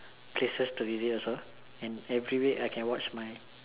places to visit also and every week I can watch my